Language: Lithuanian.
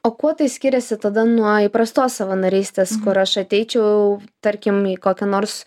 o kuo tai skiriasi tada nuo įprastos savanorystės kur aš ateičiau tarkim į kokią nors